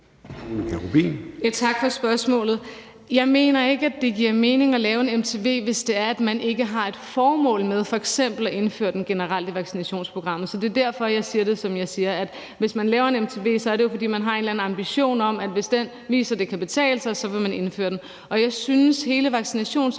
Tak for spørgsmålet. Jeg mener ikke, at det giver mening at lave en MTV, hvis man ikke har det formål at indføre den generelt i vaccinationsprogrammet. Det er derfor, jeg siger, som jeg siger, altså at hvis man laver en MTV, er det jo, fordi man har en eller anden ambition om at indføre vaccinen, hvis MTV'en viser, at det kan betale sig. Jeg synes også, at hele diskussion om vaccinationsområdet taler